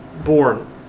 born